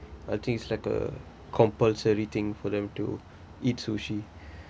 I think it's like a compulsory thing for them to eat sushi